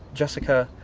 jessica?